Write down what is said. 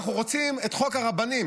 אנחנו רוצים את חוק הרבנים.